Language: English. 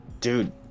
Dude